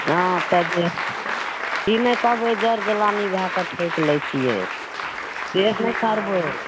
हँ तब ई नहि कहबय जर जलानी भए कऽ ठकि लै छियै से नहि करबय